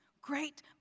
Great